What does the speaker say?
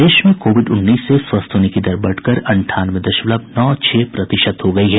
प्रदेश में कोविड उन्नीस से स्वस्थ होने की दर बढ़कर अंठानवे दशमलव नौ छह प्रतिशत हो गई है